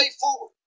forward